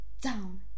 down